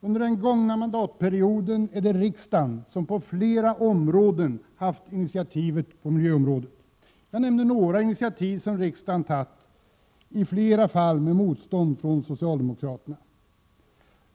Under den gångna mandatperioden är det riksdagen som på flera områden haft initiativet i miljöarbetet. Jag nämner några initiativ som riksdagen tagit, i flera fall med motstånd från socialdemokraterna.